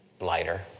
Lighter